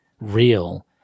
real